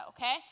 okay